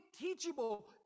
teachable